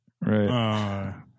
Right